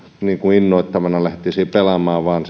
innoittamana lähtisi pelaamaan vaan